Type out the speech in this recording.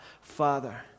Father